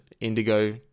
Indigo